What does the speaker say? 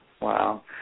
Wow